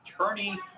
attorney